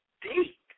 deep